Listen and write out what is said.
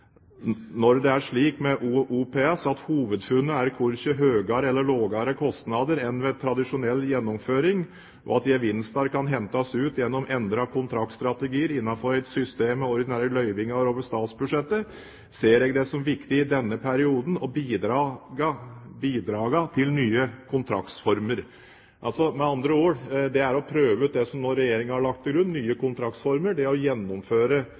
det er slik med OPS at hovudfunnet er korkje høgare eller lågare kostnader enn ved tradisjonell gjennomføring, og at gevinstar kan hentast ut gjennom endra kontraktsstrategiar innanfor eit system med ordinære løyvingar over statsbudsjettet, ser eg det som viktig i denne perioden å bidra til nye kontraktsformer.» Altså med andre ord: Det er å prøve ut det som Regjeringen nå har lagt til grunn, nye kontraktsformer. Det er å gjennomføre